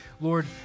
Lord